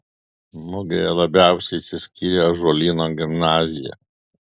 mugėje labiausiai išsiskyrė ąžuolyno gimnazija